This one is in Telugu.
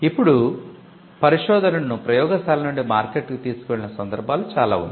ఇప్పుడు పరిశోధనను ప్రయోగశాల నుండి మార్కెట్కు తీసుకువెళ్ళిన సందర్భాలు చాలా ఉన్నాయి